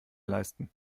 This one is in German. leisten